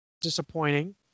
disappointing